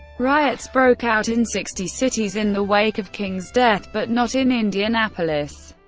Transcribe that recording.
riots broke out in sixty cities in the wake of king's death, but not in indianapolis,